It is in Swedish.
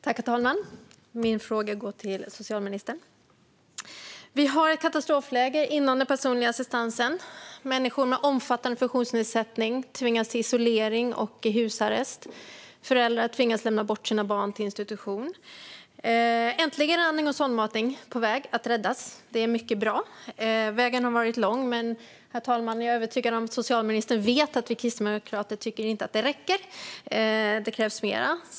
Herr talman! Min fråga går till socialministern. Vi har ett katastrofläge inom den personliga assistansen. Människor med omfattande funktionsnedsättning tvingas till isolering och husarrest. Föräldrar tvingas lämna bort sina barn till institution. Äntligen är andning och sondmatning på väg att räddas. Det är mycket bra. Vägen har varit lång. Men, herr talman, jag är övertygad om att socialministern vet att vi kristdemokrater inte tycker att det räcker. Det krävs mer.